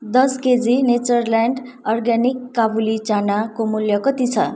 दस KG Natureland Organics काबुली चनाको मूल्य कति छ